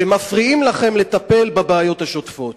שמפריעים לכם לטפל בבעיות השוטפות?